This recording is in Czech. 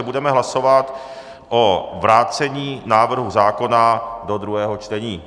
Budeme hlasovat o vrácení návrhu zákona do druhého čtení.